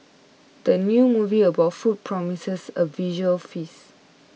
the new movie about food promises a visual feast